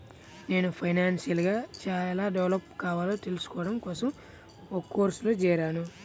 నేను ఫైనాన్షియల్ గా ఎలా డెవలప్ కావాలో తెల్సుకోడం కోసం ఒక కోర్సులో జేరాను